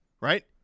right